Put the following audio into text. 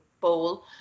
bowl